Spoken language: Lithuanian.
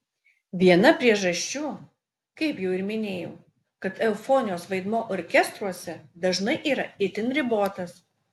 viena priežasčių kaip jau ir minėjau kad eufonijos vaidmuo orkestruose dažnai yra itin ribotas